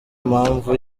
mpamvu